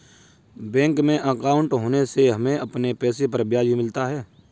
bank में अंकाउट होने से हमें अपने पैसे पर ब्याज भी मिलता है